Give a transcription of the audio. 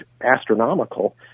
astronomical